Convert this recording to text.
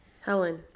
helen